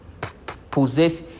possess